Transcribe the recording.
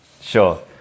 Sure